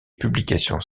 publications